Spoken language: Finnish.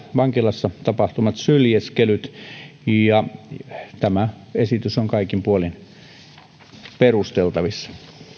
vankilassa tapahtuvat syljeskelyt tämä esitys on kaikin puolin perusteltavissa